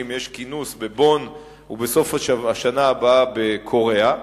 יש כינוס בבון ובסוף השנה הבאה בקוריאה,